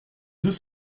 deux